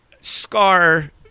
scar